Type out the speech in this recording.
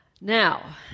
Now